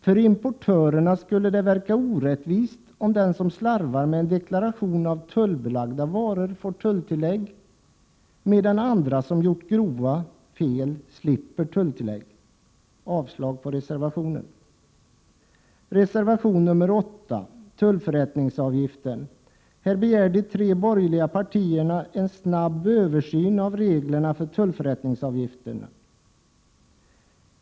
För importörerna skulle det verka orättvist om den som slarvar med en deklaration av tullbelagda varor får tulltillägg, medan andra som gjort grova fel slipper tulltillägg. Jag yrkar avslag på reservationen. I reservation 8 beträffande tullförrättningsavgift begär de tre borgerliga partierna en snabb översyn av reglerna för tullförrättningsavgiften.